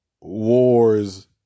wars